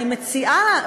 אני מציעה,